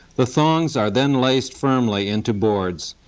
the thongs are then laced firmly into boards,